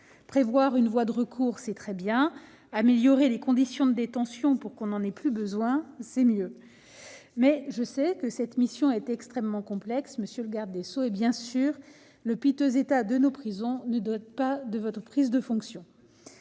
Prévoir une voie de recours, c'est très bien ; améliorer les conditions de détention pour qu'on n'en ait plus besoin, c'est mieux ! C'est vrai ! Mais je sais que cette mission est extrêmement complexe, monsieur le garde des sceaux, et que le piteux état de nos prisons ne date bien évidemment pas de votre prise de fonction.